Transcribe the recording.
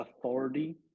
authority